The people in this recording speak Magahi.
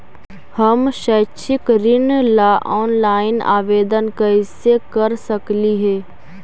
हम शैक्षिक ऋण ला ऑनलाइन आवेदन कैसे कर सकली हे?